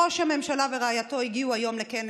ראש הממשלה ורעייתו הגיעו היום לכנס